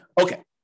Okay